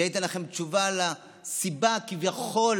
זה ייתן לכם תשובה לסיבה, כביכול,